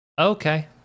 Okay